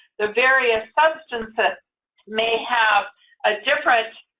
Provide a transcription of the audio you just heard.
the various substances may have a different